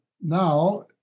now